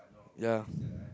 ya